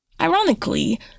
Ironically